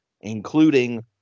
including